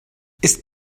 ist